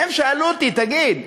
והם שאלו אותי: תגיד,